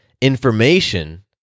information